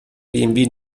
bmw